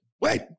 wait